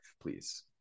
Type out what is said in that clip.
please